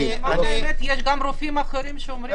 יש גם רופאים שאומרים אחרת.